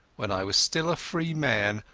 when i was still a free man,